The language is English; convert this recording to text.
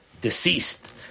deceased